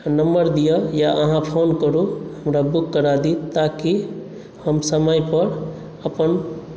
number दिअ या आहाँ फ़ोन करू हमरा बुक करा दी ताकि हम समय पर अपन